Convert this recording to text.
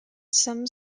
some